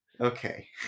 Okay